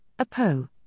APO